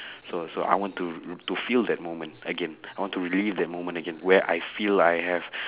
so so I want to to feel that moment again I want to relieve that moment again where I feel I have